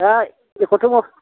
एक' थाइमाव